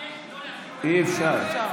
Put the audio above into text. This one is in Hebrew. ומבקש לא, לפני שבועיים אתם